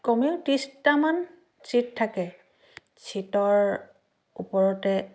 কমেও ত্ৰিছটামান চিট থাকে চিটৰ ওপৰতে